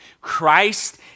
Christ